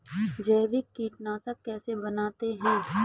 जैविक कीटनाशक कैसे बनाते हैं?